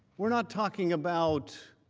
we are not talking about